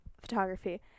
photography